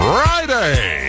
Friday